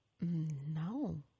No